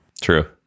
True